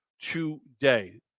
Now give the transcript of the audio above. today